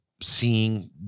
seeing